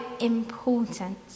important